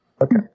Okay